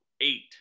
eight